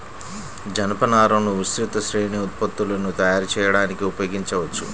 జనపనారను విస్తృత శ్రేణి ఉత్పత్తులను తయారు చేయడానికి ఉపయోగించవచ్చు